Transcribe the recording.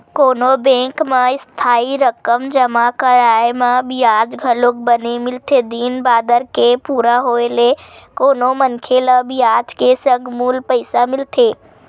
कोनो बेंक म इस्थाई रकम जमा कराय म बियाज घलोक बने मिलथे दिन बादर के पूरा होय ले कोनो मनखे ल बियाज के संग मूल पइसा मिलथे